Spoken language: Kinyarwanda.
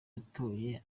yatoye